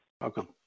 Welcome